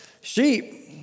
sheep